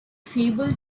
fable